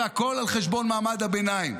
והכול על חשבון מעמד הביניים.